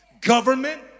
government